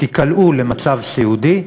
תיקלעו למצב סיעודי,